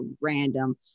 random